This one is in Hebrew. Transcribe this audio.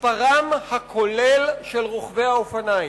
מספרם הכולל של רוכבי האופניים.